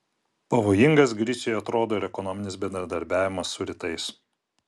pavojingas griciui atrodo ir ekonominis bendradarbiavimas su rytais